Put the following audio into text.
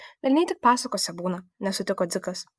velniai tik pasakose būna nesutiko dzikas